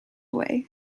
away